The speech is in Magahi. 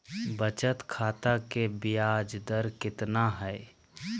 बचत खाता के बियाज दर कितना है?